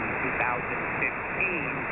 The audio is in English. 2015